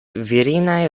virinaj